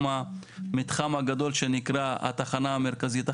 המתחם הגדול שנקרא התחנה המרכזית החדשה,